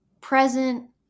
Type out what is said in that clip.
present